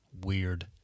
weird